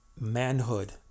manhood